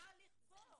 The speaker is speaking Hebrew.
זה לא ההליך פה.